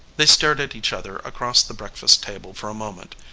they stared at each other across the breakfast-table for a moment.